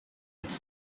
its